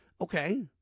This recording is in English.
Okay